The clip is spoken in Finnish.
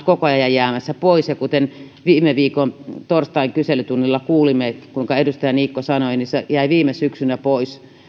koko ajan ajan jäämässä pois kuten viime viikon torstain kyselytunnilla kuulimme kuinka edustaja niikko sanoi että se jäi viime syksynä pois